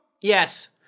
Yes